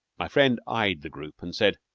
my friend eyed the group, and said